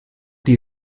die